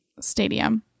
stadium